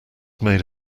made